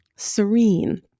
serene